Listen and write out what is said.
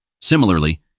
Similarly